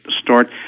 start